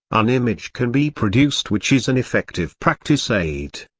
an image can be produced which is an effective practice aide.